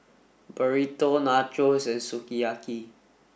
Burrito Nachos and Sukiyaki